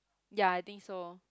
ya I think so